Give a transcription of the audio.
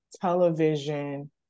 television